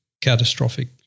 catastrophic